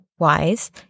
wise